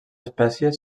espècie